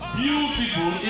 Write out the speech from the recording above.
beautiful